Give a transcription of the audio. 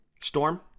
Storm